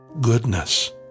goodness